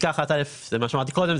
פסקה (1)(א) זה מה שאמרתי קודם,